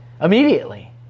immediately